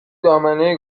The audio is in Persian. دامنه